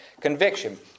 conviction